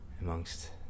amongst